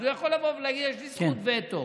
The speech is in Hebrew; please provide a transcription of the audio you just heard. אז הוא יכול לבוא ולהגיד: יש לי זכות וטו.